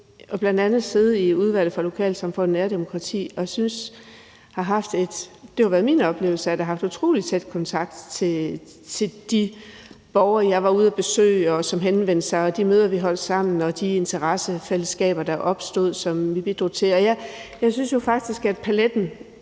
og bl.a. siddet i udvalget for lokalsamfund og nærdemokrati. Og det har været min oplevelse, at jeg har haft utrolig tæt kontakt til de borgere, jeg var ude at besøge, og som henvendte sig, altså i forhold til de møder, vi holdt sammen, og de interessefællesskaber, der opstod, og som vi bidrog til. Det er selvfølgelig